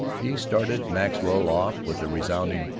he started maxwell off with a resounding,